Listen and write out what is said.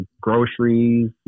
groceries